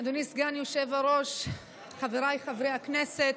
אדוני סגן היושב-ראש, חבריי חברי הכנסת,